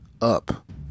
Up